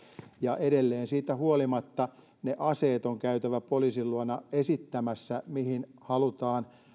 ja edelleen siitä huolimatta on käytävä poliisin luona esittämässä ne aseet mihin halutaan